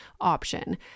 option